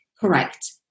Correct